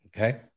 Okay